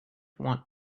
want